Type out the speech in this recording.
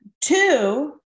Two